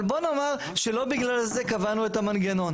אבל בואו נאמר שלא בגלל זה קבענו את המנגנון.